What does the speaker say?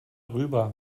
rüber